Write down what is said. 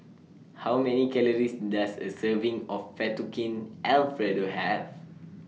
How Many Calories Does A Serving of Fettuccine Alfredo Have